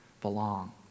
Belong